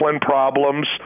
problems